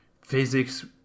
physics